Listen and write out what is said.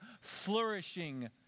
flourishing